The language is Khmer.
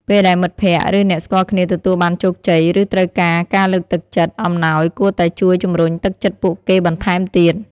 ពេលដែលមិត្តភក្តិ ឬអ្នកស្គាល់គ្នាទទួលបានជោគជ័យ ឬត្រូវការការលើកទឹកចិត្ត អំណោយគួរតែជួយជំរុញទឹកចិត្តពួកគេបន្ថែមទៀត។